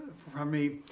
from me.